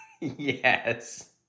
Yes